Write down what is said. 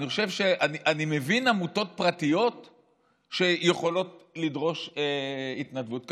אני מבין עמותות פרטיות שיכולות לדרוש התנדבות כזאת.